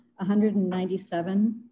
197